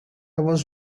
was